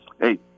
hey